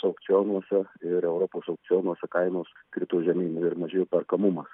aukcionuose ir europos aukcionuose kainos krito žemyn ir mažėjo perkamumas